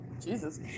Jesus